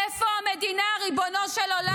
איפה המדינה, ריבונו של עולם?